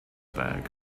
bag